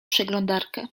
przeglądarkę